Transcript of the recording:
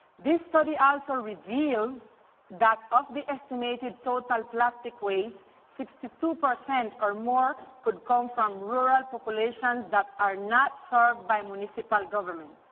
this study also revealed that of the estimated total plastic waste, sixty two percent or more could come from rural populations that are not served by municipal government.